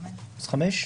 אז חמש שנים.